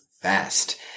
Fast